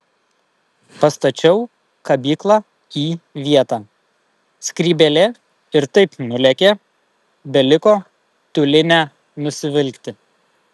pastačiau kabyklą į vietą skrybėlė ir taip nulėkė beliko tiulinę nusivilkti